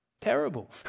terrible